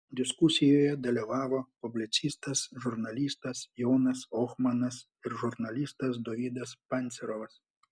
diskusijoje dalyvavo publicistas žurnalistas jonas ohmanas ir žurnalistas dovydas pancerovas